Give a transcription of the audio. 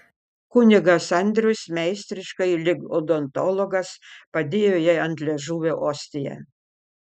kunigas andrius meistriškai lyg odontologas padėjo jai ant liežuvio ostiją